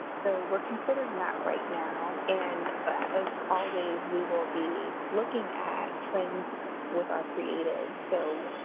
so, we're considering that right now. and as always, we will be looking at trends with our creatives. so,